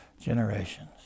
generations